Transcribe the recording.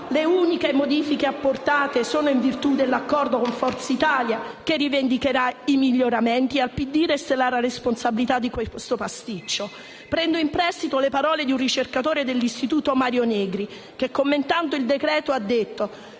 Le uniche modifiche apportate sono in virtù dell'accordo con Forza Italia che rivendicherà i miglioramenti. Al Partito Democratico resterà la responsabilità di questo pasticcio. Prendo in prestito le parole di un ricercatore dell'istituto Mario Negri che, commentando il decreto, ha detto: